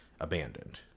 abandoned